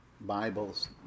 Bibles